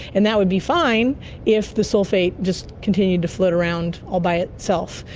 and that would be fine if the sulphate just continued to float around all by itself,